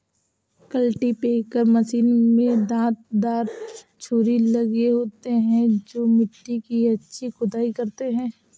cultipacker machine में दांत दार छुरी लगे होते हैं जो मिट्टी की अच्छी खुदाई करते हैं